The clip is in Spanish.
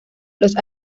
los